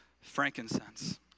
frankincense